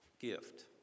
gift